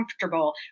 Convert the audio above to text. comfortable